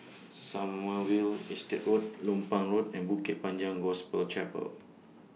Sommerville Estate Road Lompang Road and Bukit Panjang Gospel Chapel